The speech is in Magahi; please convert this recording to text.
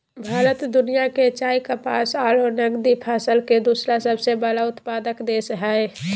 भारत दुनिया के चाय, कपास आरो नगदी फसल के दूसरा सबसे बड़ा उत्पादक देश हई